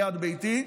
ליד ביתי,